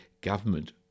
government